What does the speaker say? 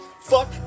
Fuck